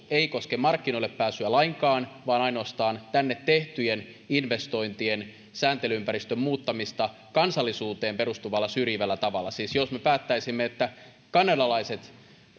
ratkaisu ei koske markkinoille pääsyä lainkaan vaan ainoastaan tänne tehtyjen investointien sääntely ympäristön muuttamista kansallisuuteen perustuvalla syrjivällä tavalla siis jos me päättäisimme että kanadalaiset